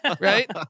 Right